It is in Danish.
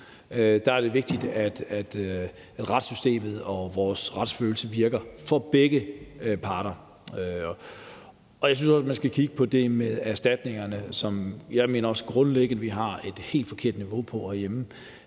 retsfølelse vigtigt, at retssystemet virker for begge parter, og jeg synes også, at man skal kigge på det med erstatningerne, som jeg også grundlæggende mener at vi har på et helt forkert niveau herhjemme.